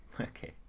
Okay